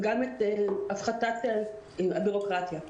וגם את הפחתת הבירוקרטיה.